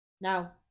Now